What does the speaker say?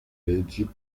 leggi